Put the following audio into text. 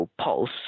pulse